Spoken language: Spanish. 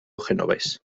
genovés